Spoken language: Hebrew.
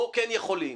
פה כן יכולים.